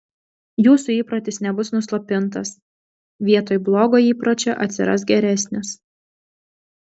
jūsų įprotis nebus nuslopintas vietoj blogo įpročio atsiras geresnis